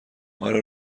آره